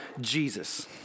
Jesus